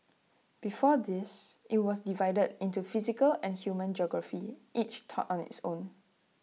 before this IT was divided into physical and human geography each taught on its own